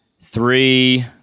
three